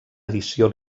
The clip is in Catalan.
edició